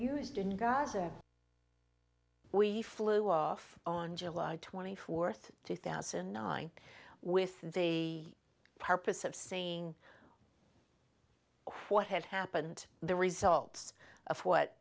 used in gaza we flew off on july twenty fourth two thousand and nine with the purpose of seeing what had happened the results of what